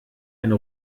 eine